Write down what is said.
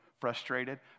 frustrated